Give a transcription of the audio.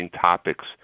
topics